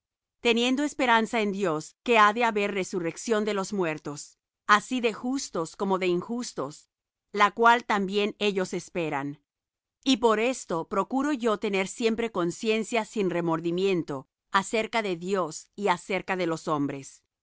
teniendo esperanza en dios que ha de haber resurrección de los muertos así de justos como de injustos la cual también ellos esperan y por esto procuro yo tener siempre conciencia sin remordimiento acerca de dios y acerca de los hombres